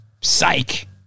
Psych